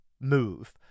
move